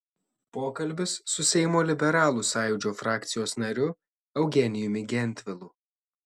pokalbis su seimo liberalų sąjūdžio frakcijos nariu eugenijumi gentvilu